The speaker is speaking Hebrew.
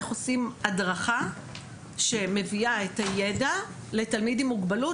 איך עושים הדרכה שמביאה את הידע לתלמיד עם מוגבלות